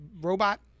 Robot